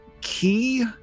key